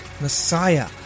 Messiah